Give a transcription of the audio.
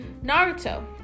Naruto